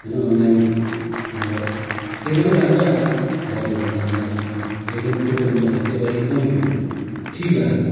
होइन अनलाइन मगाएँ एकदमै राम्रै आयो बल्बहरू राम्रो आएको छ एकदम त्यो त म त्यसलाई एकदमै ठिक लाग्यो